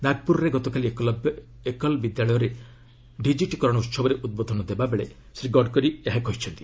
ନାଗପୁରରେ ଗତକାଲି ଏକଲବ୍ୟ ଏକଲ୍ ବିଦ୍ୟାଳୟର ଡିକିଟୀକରଣ ଉହବରେ ଉଦ୍ବୋଧନ ଦେଲାବେଳେ ଶ୍ରୀ ଗଡ଼କରୀ ଏହା କହିଛନ୍ତି